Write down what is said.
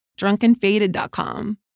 drunkenfaded.com